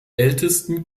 ältesten